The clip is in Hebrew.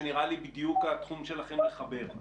שנראה לי בדיוק התחום שלכם לחבר.